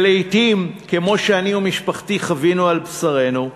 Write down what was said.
שלעתים, כמו שאני ומשפחתי חווינו על בשרנו,